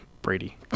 Brady